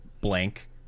blank